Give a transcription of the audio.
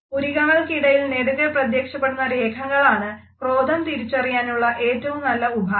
പുരികങ്ങൾക്കിടയിൽ നെടുകെ പ്രത്യക്ഷപ്പെടുന്ന രേഖകളാണ് ക്രോധം തിരിച്ചറിയാനുള്ള ഏറ്റവും നല്ല ഉപാധി